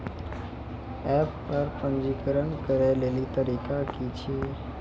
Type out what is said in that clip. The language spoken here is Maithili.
एप्प पर पंजीकरण करै लेली तरीका की छियै?